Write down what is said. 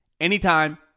anytime